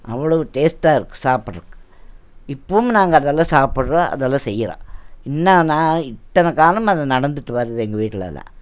அவ்வளோவு டேஸ்ட்டாக இருக்கும் சாப்பிட்றக்கு இப்போவும் நாங்கள் அதெல்லாம் சாப்பிட்றோம் அதெல்லாம் செய்கிறோம் இன்னும் நான் இத்தனை காலம் அது நடந்துட்டு வருது எங்கள் வீட்டிலலாம்